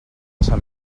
sant